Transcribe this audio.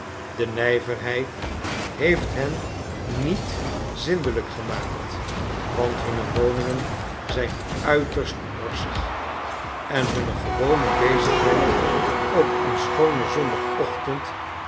be nijverheid heeft hen niet zindelijk gemaakt want hunne woningen zijn uiterst morsig en hunne gewone bezigheid op een schoonen zondagochtend